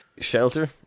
shelter